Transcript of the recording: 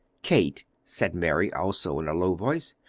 kate, said mary, also in a low voice,